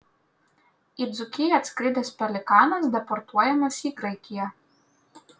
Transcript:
į dzūkiją atskridęs pelikanas deportuojamas į graikiją